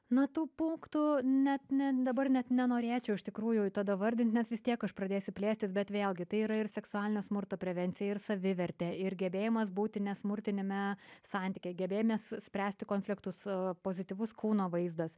na tų punktų net ne dabar net nenorėčiau iš tikrųjų tada vardint nes vis tiek aš pradėsiu plėstis bet vėlgi tai yra ir seksualinio smurto prevencija ir savivertė ir gebėjimas būti ne smurtiniame santykyje gebėjimas spręsti konfliktus pozityvus kūno vaizdas